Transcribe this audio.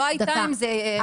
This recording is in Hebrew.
לא הייתה עם זה,